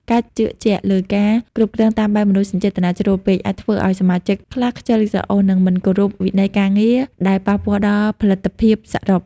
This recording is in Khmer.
ការជឿជាក់លើការគ្រប់គ្រងតាមបែបមនោសញ្ចេតនាជ្រុលពេក អាចធ្វើឱ្យសមាជិកខ្លះខ្ជិលច្រអូស និងមិនគោរពវិន័យការងារ ដែលប៉ះពាល់ដល់ផលិតភាពសរុប។